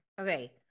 Okay